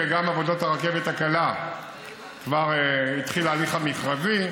וגם בעבודות הרכבת הקלה כבר התחיל ההליך המכרזי,